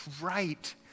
right